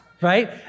right